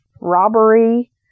robbery